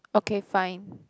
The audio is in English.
okay fine